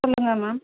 சொல்லுங்கள் மேம்